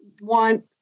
want